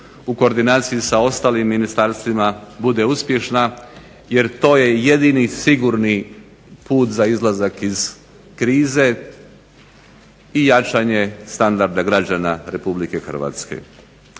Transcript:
u koordinaciji sa ostalim ministarstvima bude uspješna jer to je jedini sigurni put za izlazak iz krize i jačanje standarda građana Republike Hrvatske.